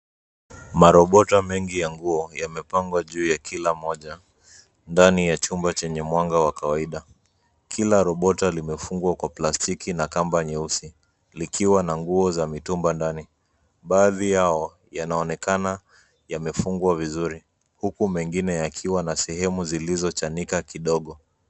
Marobota mengi ya nguo yamepangwa juu ya kila moja, ndani ya chumba chenye mwanga wa kawaida, kila robota limefungwa kwa plastiki na kamba nyeusi, likiwa na nguo za mitumba ndani, baadhi yao, yanaonekana, yamefungwa vizuri, huku mengine yakiwa na sehemu zilizochanika kidogo,